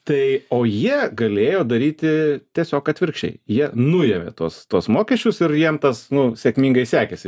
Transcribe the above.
tai o jie galėjo daryti tiesiog atvirkščiai jie nuėmė tuos tuos mokesčius ir jiem tas nu sėkmingai sekėsi